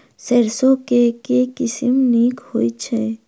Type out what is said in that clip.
सैरसो केँ के किसिम नीक होइ छै?